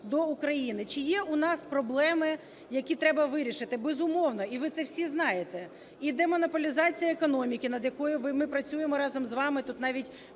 до України. Чи є у нас проблеми, які треба вирішити? Безумовно. І ви це всі знаєте. І демонополізація економіки, над якою ми працюємо разом з вами, тут навіть